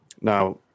Now